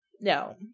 No